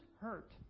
hurt